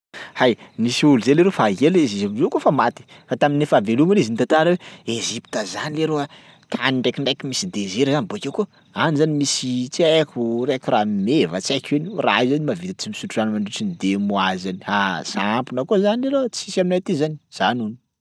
Hay, nisy olo zay leroa fa ela izy am'zao koa fa maty fa tamin'ny favavelomany izy nitantara hoe Ejipta zany leroa tany ndraikindraiky misy desert zany bakeo koa any zany misy tsy haiko raiky rameva tsy haiko ino, raha io zany mahavita tsy misotro rano mandritry ny deux mois zany, ah! Sampona koa zany leroa tsisy aminay aty zany zany hono.